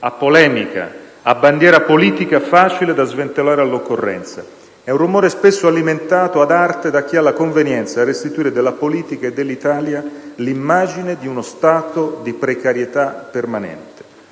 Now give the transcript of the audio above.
a polemica, a bandiera politica facile da sventolare all'occorrenza. È un rumore spesso alimentato ad arte da chi ha la convenienza a restituire della politica e dell'Italia l'immagine di uno stato di precarietà permanente,